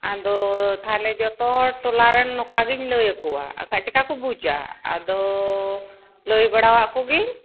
ᱟᱫᱚ ᱛᱟᱦᱚᱞᱮ ᱡᱚᱛᱚ ᱦᱚᱲ ᱴᱚᱞᱟ ᱨᱮᱱ ᱱᱚᱝᱠᱟ ᱜᱤᱧ ᱞᱟᱹᱭ ᱟᱠᱚᱣᱟ ᱟᱨ ᱵᱟᱠᱷᱟᱱ ᱪᱤᱠᱟᱹ ᱠᱚ ᱵᱩᱡᱟ ᱟᱫᱚ ᱞᱟᱹᱭ ᱵᱟᱲᱟ ᱟᱫ ᱠᱚᱜᱤᱧ